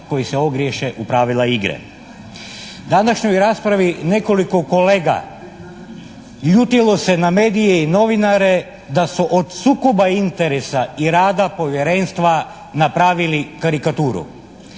koji se ogriješe u pravila igre. Današnjoj raspravi nekoliko kolega ljutilo se na medije i novinare da su od sukoba interesa i rada Povjerenstva napravili karikaturu.